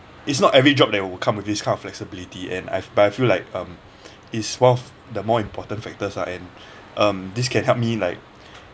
it's not every job that will come with this kind of flexibility and I but I feel like um it's one of the more important factors ah and um this can help me like